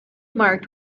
marked